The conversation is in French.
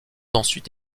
ensuite